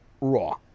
Raw